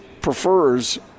Prefers